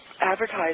advertise